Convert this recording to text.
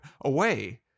away